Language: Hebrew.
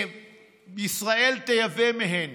ישראל תייבא מהן